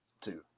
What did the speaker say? two